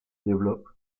développe